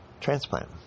transplant